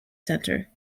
center